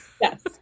Yes